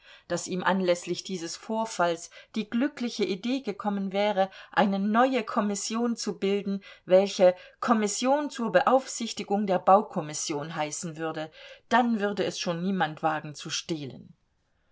daß ihm anläßlich dieses vorfalls die glückliche idee gekommen wäre eine neue kommission zu bilden welche kommission zur beaufsichtigung der baukommission heißen würde dann würde es schon niemand wagen zu stehlen